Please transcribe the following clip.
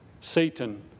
Satan